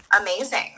amazing